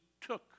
took